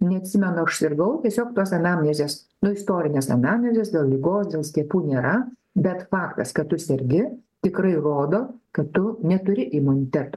neatsimenu aš sirgau tiesiog tos anamnezės nu istorinės anamnezės dėl ligos dėl skiepų nėra bet faktas kad tu sergi tikrai rodo kad tu neturi imuniteto